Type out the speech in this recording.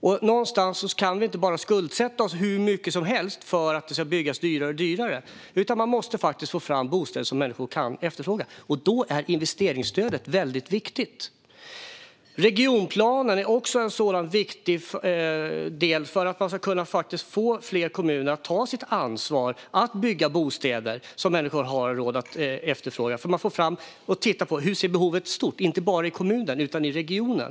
Vi kan inte bara skuldsätta oss hur mycket som helst för att det ska gå att bygga dyrare och dyrare, utan man måste faktiskt få fram bostäder som människor kan efterfråga. Då är investeringsstödet väldigt viktigt. Regionplanen är också en viktig del för att man ska kunna få fler kommuner att ta sitt ansvar att bygga bostäder som människor har råd att efterfråga. Man får nämligen fram hur behovet ser ut i stort, inte bara i kommunen utan i regionen.